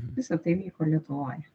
visa tai vyko lietuvoj